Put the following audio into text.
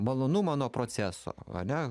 malonumą nuo proceso ane